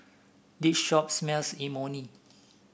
this shop smells Imoni